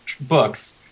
books